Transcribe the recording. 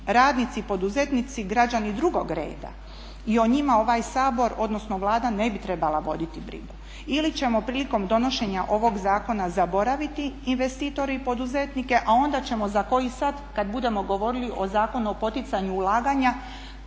radnici poduzetnici građani drugog reda i o njima ovaj Sabor odnosno Vlada ne bi trebala voditi brigu ili ćemo prilikom donošenja ovog zakona zaboraviti investitore i poduzetnike, a onda ćemo za koji sat kada budemo govorili o Zakonu o poticanju ulaganja